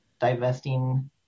divesting